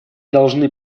должны